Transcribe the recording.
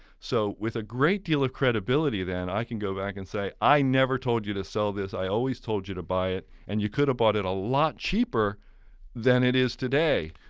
so with a great deal of credibility then i can go back and say, i never told you to sell this. i always told you to buy it and you could've bought it a lot cheaper than it is today.